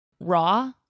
raw